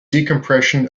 decompression